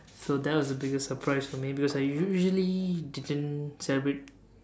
so that was the biggest surprise for me because I usually didn't celebrate